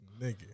Nigga